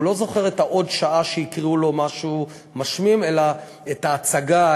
הוא לא זוכר את העוד-שעה שהקריאו לו משהו משמים אלא את ההצגה,